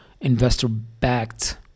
investor-backed